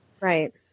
Right